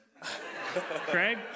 Craig